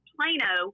Plano